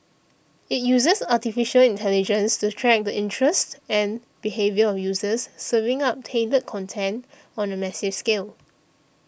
it uses Artificial Intelligence to track the interests and behaviour of users serving up tailored content on a massive scale